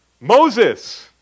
Moses